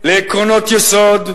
לעקרונות יסוד,